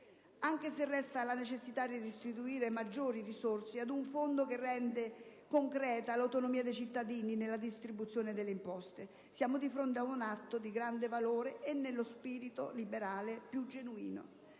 anche se resta la necessità di restituire maggiori risorse a un fondo che rende concreta l'autonomia dei cittadini nella distribuzione delle imposte. Siamo di fronte ad un atto di grande valore e che si ispira allo spirito liberale più genuino.